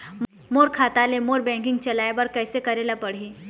मोर खाता ले मोर बैंकिंग चलाए बर कइसे करेला पढ़ही?